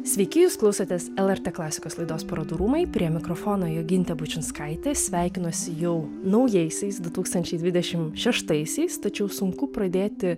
sveiki jūs klausotės lrt klasikos laidos parodų rūmai prie mikrofono jogintė bučinskaitė sveikinuosi jau naujaisiais du tūkstančiai dvidešimt šeštaisiais tačiau sunku pradėti